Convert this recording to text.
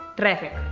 traffic.